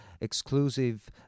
exclusive